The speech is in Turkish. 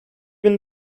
bin